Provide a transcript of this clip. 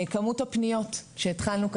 כמות הפניות שהתחלנו,